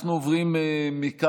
אנחנו עוברים מכאן,